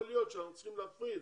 יכול להיות שאנחנו צריכים להפריד